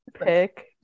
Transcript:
pick